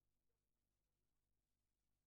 זה היה מספר לא זניח לחלוטין.